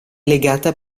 legata